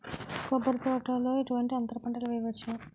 కొబ్బరి తోటలో ఎటువంటి అంతర పంటలు వేయవచ్చును?